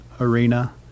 arena